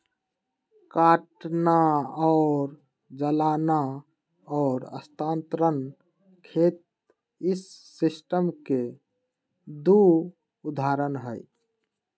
काटना और जलाना और स्थानांतरण खेत इस सिस्टम के दु उदाहरण हई